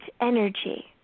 energy